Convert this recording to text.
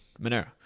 Monero